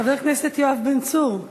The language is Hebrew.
חבר הכנסת יואב בן צור,